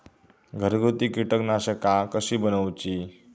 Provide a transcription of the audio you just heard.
घरगुती कीटकनाशका कशी बनवूची?